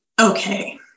okay